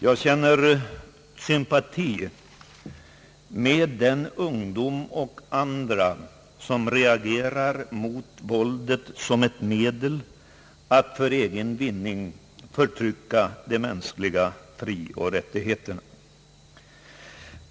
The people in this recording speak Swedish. Jag känner sympati med den ungdom och andra som reagerar mot våldet som ett medel att för egen vinning förtrycka de mänskliga frioch rättigheterna.